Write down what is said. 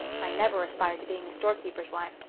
i never aspired to being a storekeeper's wife.